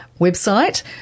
website